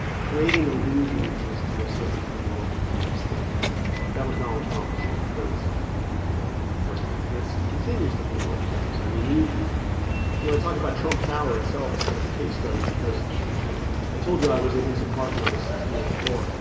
creating illusions is to a certain degree what we must do that was donald trump as a thirty something year old person and that's continues to worry what he does i mean he you know, i talk about trump tower itself is kind of a case study because i told you i was in his apartment on the sixtieth floor